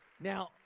Now